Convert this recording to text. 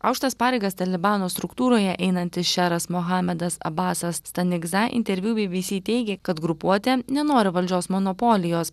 aukštas pareigas talibano struktūroje einantis šeras muhamedas abasas stanigza interviu bbc teigė kad grupuotė nenori valdžios monopolijos